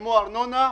ישלמו ארנונה?